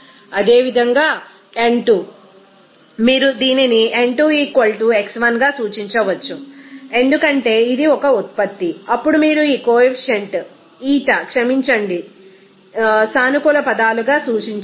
అదేవిధంగా n2 మీరు దీనిని n2 x1 గా సూచించవచ్చు ఎందుకంటే ఇది ఒక ఉత్పత్తి అప్పుడు మీరు ఈ కొఎఫిసియంట్ ఈటా క్షమించండి ను సానుకూల పదాలుగా సూచించాలి